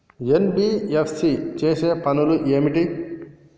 NBFC చేసే పనులు ఏమిటి?